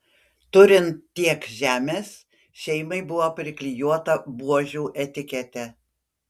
turint tiek žemės šeimai buvo priklijuota buožių etiketė